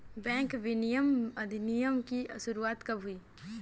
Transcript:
Bank विनियमन अधिनियम की शुरुआत कब हुई?